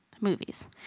movies